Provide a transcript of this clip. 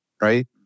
right